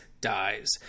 dies